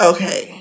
Okay